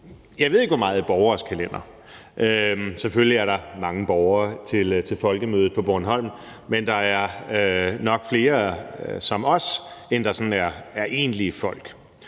jeg ved ikke, hvor meget det fylder i borgeres kalendere. Selvfølgelig er der mange borgere til Folkemødet på Bornholm, men der er nok flere som os, end der sådan er egentlige folk.